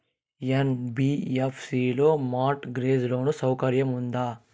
NBFC లో mortgage loan సౌకర్యం ఉందా?